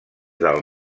del